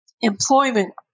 employment